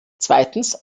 zweitens